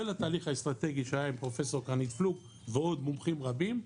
של התהליך האסטרטגי שהיה עם פרופ' קרנית פלוג ועוד מומחים רבים,